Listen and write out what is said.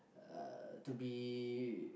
uh to be